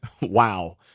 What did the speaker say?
wow